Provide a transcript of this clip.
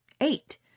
Eight